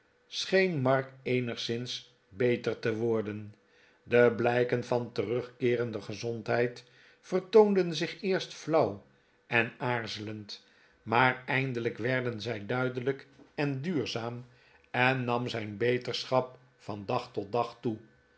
scheen mark eenigszins beter te worden de blijken van terugkeerende gezondheid vertoonden zich eerst flauw en aarzelend maar eindelijk werden zij duidelijk en duurzaam en nam zijn beterschap van dag tot dag toe